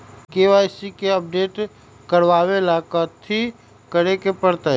KYC के update करवावेला कथि करें के परतई?